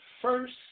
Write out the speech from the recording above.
First